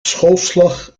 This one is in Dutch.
schoolslag